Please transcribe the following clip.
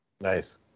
Nice